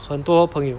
很多朋友